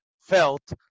felt